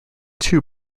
two